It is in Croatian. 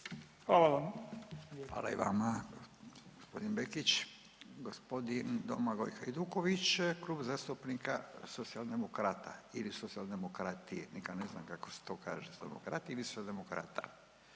Hvala i vama gospodin Bakić. Gospodin Domagoj Hajduković, Klub zastupnika Socijaldemokrata ili Socijaldemokrati. Nikad ne znam kako se kaže demokrati ili demokrata.